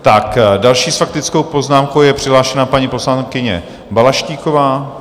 Tak další s faktickou poznámkou je přihlášená paní poslankyně Balaštíková.